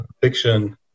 fiction